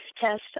test